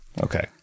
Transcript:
Okay